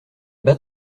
bas